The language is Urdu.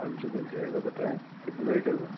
ہاں جی مل جائے گا بتائیں کتنے لیٹر کا